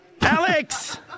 Alex